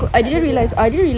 like kau kat kerja ah